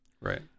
right